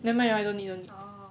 never mind don't need don't need